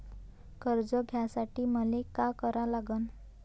कर्ज घ्यासाठी मले का करा लागन?